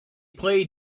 play